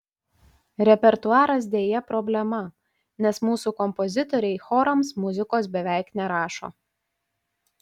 repertuaras deja problema nes mūsų kompozitoriai chorams muzikos beveik nerašo